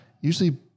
usually